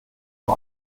nur